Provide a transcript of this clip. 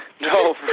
no